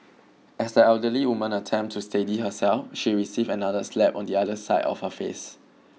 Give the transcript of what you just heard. as the elderly woman attempted to steady herself she received another slap on the other side of her face